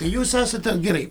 jūs esate gerai